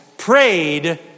prayed